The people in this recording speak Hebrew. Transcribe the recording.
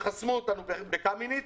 זה הסכום שחסמו אותנו במתווה קמיניץ,